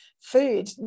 food